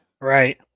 Right